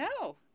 No